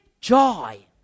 joy